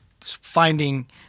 finding